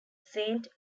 saint